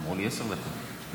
זהו?